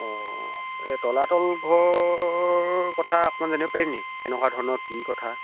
অঁ এই তলাতল ঘৰৰ কথা অকণমান জানিব পাৰি নি এনেকুৱা ধৰণৰ কি কথা